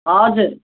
हजुर